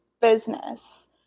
business